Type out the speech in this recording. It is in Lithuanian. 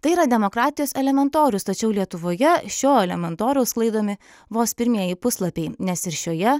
tai yra demokratijos elementorius tačiau lietuvoje šio elementoriaus sklaidomi vos pirmieji puslapiai nes ir šioje